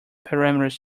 parameters